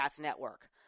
network